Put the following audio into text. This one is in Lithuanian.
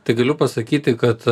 tai galiu pasakyti kad